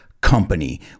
company